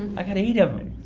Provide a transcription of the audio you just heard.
i've got eight of them,